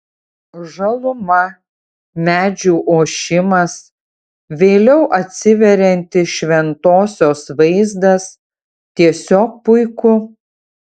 žaluma medžių ošimas vėliau atsiveriantis šventosios vaizdas tiesiog puiku